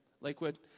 Lakewood